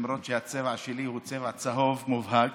למרות שהצבע שלי הוא צבע צהוב מובהק.